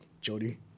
Jody